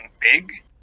big